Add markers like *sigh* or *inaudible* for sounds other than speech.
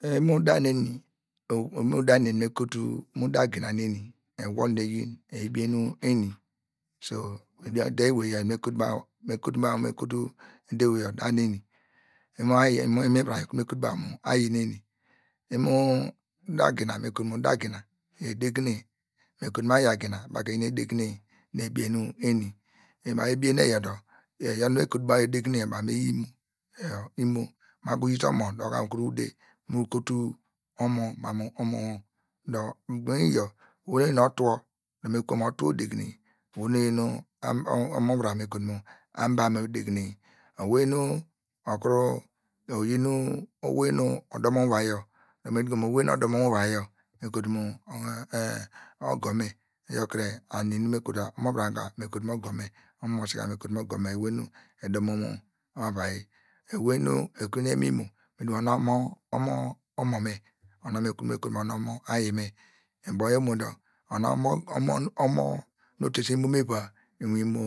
Imo da neni mo kutu, imo da gina neni ewol nu eyin eyi bienu eni so mi mo ude eweyor me kotu baw me kotu ude eweyor mam mu, imu da neni, imivuram me kotu baw imo ayi neni, imo da gina me kotu mu da gina, edegne me kotu mu imo- aya gina baw ka eyi nu edegne nu ebie nu eni, ena ebie nu eyor dor ena nu me kotu mam mu edegne baw me yi ima, imo, ma uyite omo dor ma ka ude wor ka mu kotu omo wor ma mu omo- wor dor ubeyo, eni me kotu mu otu odegne, oyor onu nu oyi omo vuram me kotu mu ambame odegne owey nu okuru *noise* oyi nu owey nu odomon mu uvai yor me kotu mu ogor me iyaw kre ani mu me kotua, omovaram ka me kotu ma ogor me, eyor ewey nu edor mo avai, ewey nu ekuru yi nu emi imo, ona oma omome, ekuru me okotua mu ona omo- ayi me, ubo yor omo dor, ubo yor omo dor, omo, omo nu otesen imomu eva mu inulin imo